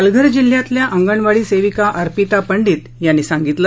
पालघर जिल्ह्यातल्या अंगणवाडी सेविका अर्पिता पंडित यांनी सांगितलं